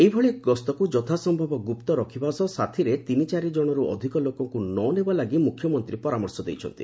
ଏହିଭଳି ଗ୍ଠକୁ ଯଥା ସମ୍ଭବ ଗୁପ୍ତ ରଖିବା ସହ ସାଥିରେ ତିନି ଚାରି ଜଣରୁ ଅଧିକ ଲୋକଙ୍କୁ ନ ନେବା ଲାଗି ମୁଖ୍ୟମନ୍ତୀ ପରାମର୍ଶ ଦେଇଛନ୍ତି